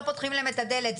לא פותחים להם את הדלת,